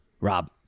Rob